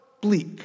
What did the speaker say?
bleak